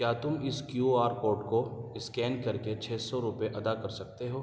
کیا تم اس کیو آر کوڈ کو اسکین کر کے چھ سو روپے ادا کر سکتے ہو